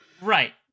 Right